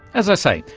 as i say,